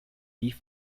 beef